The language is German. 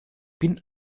bin